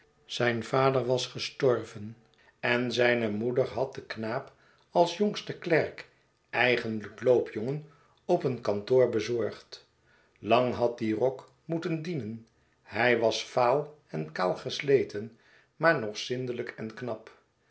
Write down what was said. zijn vader was gestorven en zijne moeder had den knaap als jongste klerk eigenlijk loopjongen op een kantoor bezorgd lang had die rok moeten dienen hij was vaal en kaal gesleten maar nog zindelijk en knap